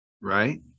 Right